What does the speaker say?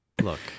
Look